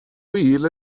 wheel